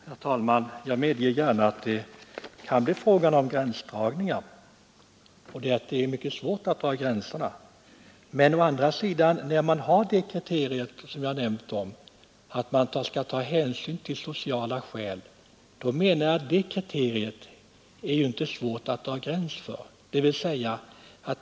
Herr talman! Jag medger gärna att det kan bli fråga om gränsdragningar och att det är mycket svårt att dra gränserna. Men om man har det kriterium jag nämnt, hänsyn till sociala skäl, är det inte svårt att dra en gräns.